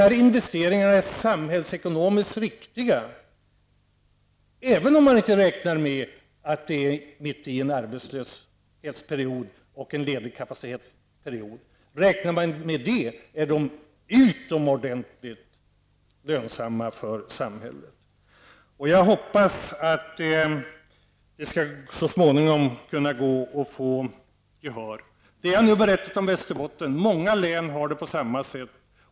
Dessa investeringar är samhällsekonomiskt riktiga, även om man inte räknar med att vi nu befinner oss mitt i en arbetslöshetsperiod och en period med ledig kapacitet. Räknar man med det är de utomordentligt lönsamma för samhället. Jag hoppas att det skall gå att få gehör för detta så småningom. Det jag nu berättat gäller Västerbotten. Många län har det på samma sätt.